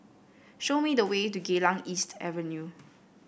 show me the way to Geylang East Avenue